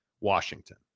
Washington